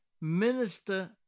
minister